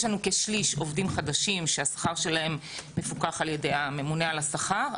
יש לנו כשליש עובדים חדשים שהשכר שלהם מפוקח על ידי הממונה על השכר,